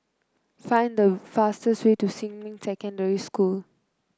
find the fastest way to Xinmin Secondary School